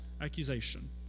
accusation